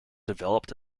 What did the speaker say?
developed